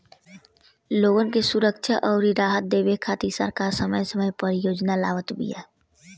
लोगन के सुरक्षा अउरी राहत देवे खातिर सरकार समय समय पअ योजना लियावत बिया